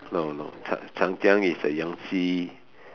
no no chang~ Changjiang is the Yangtze